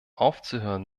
aufzuhören